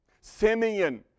Simeon